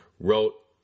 wrote